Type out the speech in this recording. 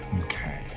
Okay